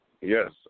yes